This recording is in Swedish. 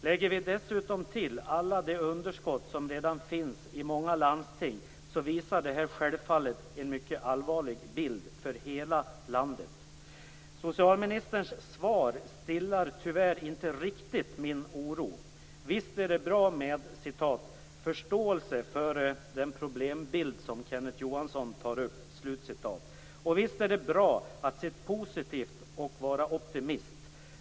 Lägger vi dessutom till alla de underskott som redan finns i många landsting visar detta självfallet en mycket allvarlig bild för hela landet. Socialministerns svar stillar tyvärr inte riktigt min oro. Visst är det bra med "förståelse för den problembild som Kenneth Johansson tar upp" och visst är det bra att se positivt och vara optimist.